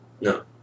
No